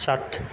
सात